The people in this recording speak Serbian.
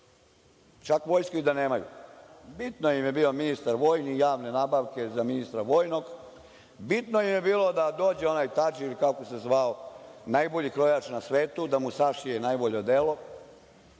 čak vojsku i da nemaju. Bitno im je bio ministar vojni, javne nabavke ministra vojnog, bitno im je bilo da dođe onaj najbolji krojač na svetu, da mu sašije najbolje odelo. Nisu